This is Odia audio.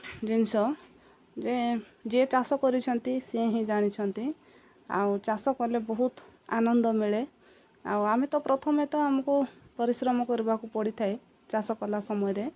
ଜିନିଷ ଯେ ଯିଏ ଚାଷ କରିଛନ୍ତି ସିଏ ହିଁ ଜାଣିଛନ୍ତି ଆଉ ଚାଷ କଲେ ବହୁତ ଆନନ୍ଦ ମିଳେ ଆଉ ଆମେ ତ ପ୍ରଥମେ ତ ଆମକୁ ପରିଶ୍ରମ କରିବାକୁ ପଡ଼ିଥାଏ ଚାଷ କଲା ସମୟରେ